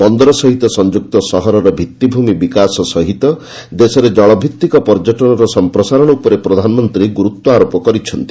ବନ୍ଦର ସହିତ ସଂଯୁକ୍ତ ସହରର ଭିଭିଭୂମି ବିକାଶ ସହିତ ଦେଶରେ ଜଳଭିଭିକ ପର୍ଯ୍ୟଟନର ସମ୍ପ୍ରସାରଣ ଉପରେ ପ୍ରଧାନମନ୍ତ୍ରୀ ଗୁରୁତ୍ୱାରୋପ କରିଛନ୍ତି